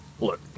Look